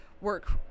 work